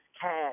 cash